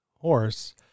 horse